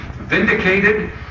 vindicated